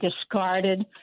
discarded